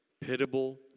pitiable